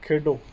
ਖੇਡੋ